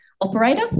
operator